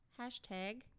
Hashtag